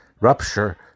rupture